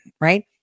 right